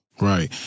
Right